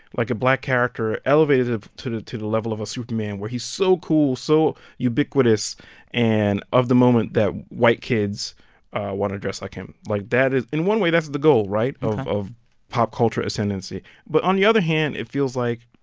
like, a black character elevated to to the level of a superman, where he's so cool, so ubiquitous and of the moment that white kids want to dress like him. like, that is in one way, that's the goal right? of of pop culture ascendancy but on the other hand, it feels like,